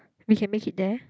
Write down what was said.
we can make it there